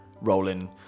rolling